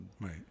Right